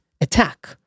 attack